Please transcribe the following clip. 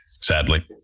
sadly